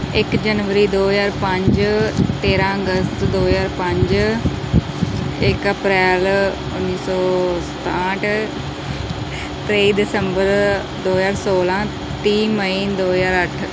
ਇਕ ਜਨਵਰੀ ਦੋ ਹਜ਼ਾਰ ਪੰਜ ਤੇਰਾਂ ਅਗਸਤ ਦੋ ਹਜ਼ਾਰ ਪੰਜ ਇਕ ਅਪ੍ਰੈਲ ਉੱਨੀ ਸੌ ਸਤਾਹਠ ਤੇਈ ਦਸੰਬਰ ਦੋ ਹਜ਼ਾਰ ਸੌਲਾਂ ਤੀਹ ਮਈ ਦੋ ਹਜ਼ਾਰ ਅੱਠ